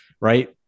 right